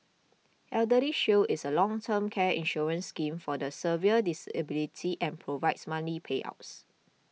eldershield is a long term care insurance scheme for the severe disability and provides monthly payouts